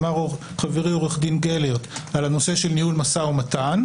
אמר חברי עורך דין גלרט על הנושא של ניהול משא ומתן,